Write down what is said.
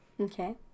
Okay